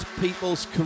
people's